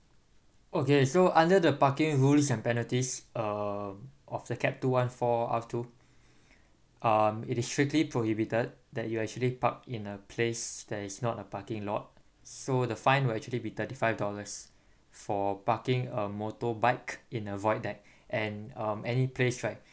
okay so under the parking rules and penalties uh of the cap two one four R two um it is strictly prohibited that you actually park in a place that is not a parking lot so the fine will actually be thirty five dollars for parking a motorbike in a void deck and um any place right